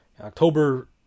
October